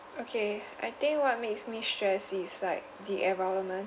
okay I think what makes me stress is like the environment